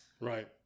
Right